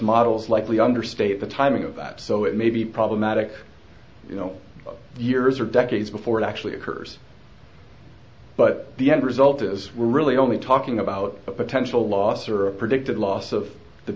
models likely understate the timing of it so it may be problematic you know years or decades before it actually occurs but the end result is we're really only talking about a potential loss or a predicted loss of the